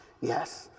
Yes